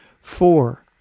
Four